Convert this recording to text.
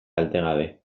kaltegabe